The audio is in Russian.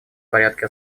порядке